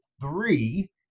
Three